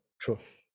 truth